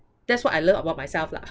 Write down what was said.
that's what I love about myself lah